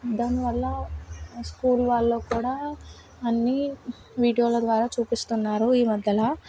దాని వల్ల స్కూల్ వాళ్ళకు కూడా అన్నీ వీడియోల ద్వారా చూపిస్తున్నారు ఈ మధ్యలో